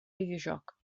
videojoc